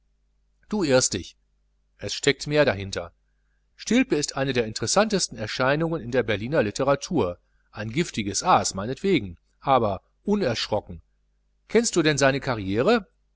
du irrst dich es steckt mehr dahinter stilpe ist eine der interessantesten erscheinungen in der berliner litteratur ein giftiges aas meinetwegen aber unerschrocken kennst du denn seine karriere